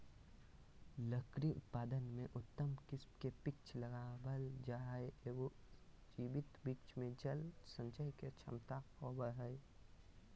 लकड़ी उत्पादन में उत्तम किस्म के वृक्ष लगावल जा हई, एगो जीवित वृक्ष मे जल संचय के क्षमता होवअ हई